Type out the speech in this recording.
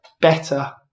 better